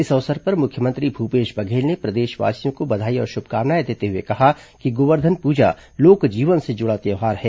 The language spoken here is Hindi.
इस अवसर पर मुख्यमंत्री भूपेश बघेल ने प्रदेशवासियों को बधाई और शुभकामनाएं देते हुए कहा है कि गोवर्धन पूजा लोक जीवन से जुड़ा त्योहार है